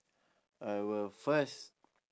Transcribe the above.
I will first